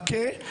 מכה,